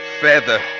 Feather